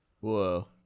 Whoa